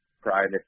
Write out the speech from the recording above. private